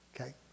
Okay